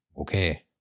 okay